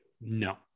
No